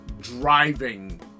driving